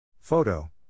Photo